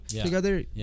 together